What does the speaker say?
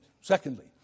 Secondly